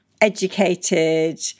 educated